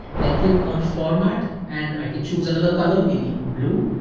then click on format and i can choose another color, maybe blue,